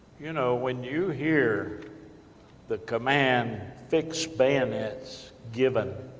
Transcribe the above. you know, when you hear the command, fix bayonets, given,